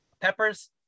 peppers